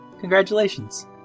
Congratulations